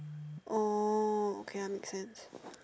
oh okay ah makes sense